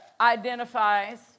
identifies